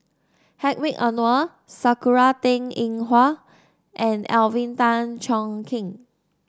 Hedwig Anuar Sakura Teng Ying Hua and Alvin Tan Cheong Kheng